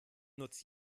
nutzt